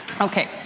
Okay